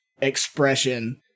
expression